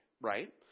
right